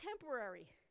temporary